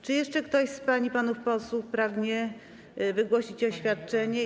Czy jeszcze ktoś z pań i panów posłów pragnie wygłosić oświadczenie?